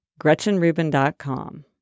gretchenrubin.com